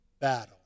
battle